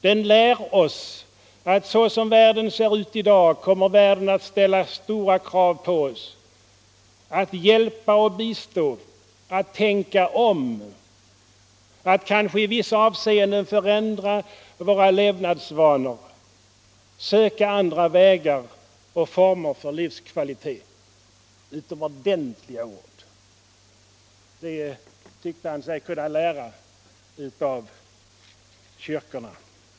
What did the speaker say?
Den lär oss att så som världen ser ut i dag, kommer världen att ställa krav på oss: att hjälpa och bistå, att tänka om, att kanske i vissa avseenden förändra våra levnadsvanor, söka andra vägar och former för livskvalitet.” Utomordentliga ord! Detta tyckte sig Olof Palme kunna lära av kyrkorna.